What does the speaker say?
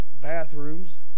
bathrooms